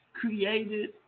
created